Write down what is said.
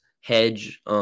hedge –